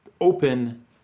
open